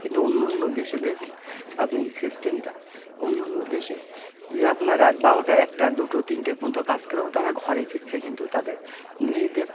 কিন্তু অন্য অন্য দেশে দেখুন আপনি সিস্টেমটা অন্য অন্য দেশে যে আপনার রাত বারোটা একটা দুটো তিনটে পর্যন্ত কাজ করেও তারা ঘরেই ফিরছে কিন্তু তাদের নিজেদের